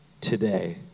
today